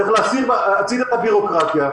צריך לשים הצידה את הבירוקרטיה.